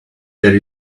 there